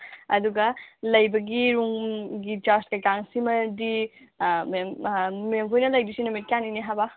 ꯑꯗꯨꯒ ꯂꯩꯕꯒꯤ ꯔꯨꯝꯒꯤ ꯆꯥꯔꯖ ꯀꯩꯀꯥ ꯁꯤꯃꯗꯤ ꯃꯦꯝ ꯃꯦꯝꯈꯣꯏꯅ ꯂꯩꯗꯣꯏꯁꯤ ꯅꯨꯃꯤꯠ ꯀꯌꯥꯅꯤꯅꯦ ꯍꯥꯏꯕ